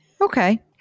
Okay